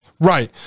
Right